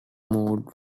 moved